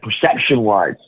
perception-wise